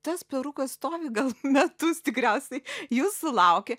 tas perukas stovi gal metus tikriausiai jūsų laukė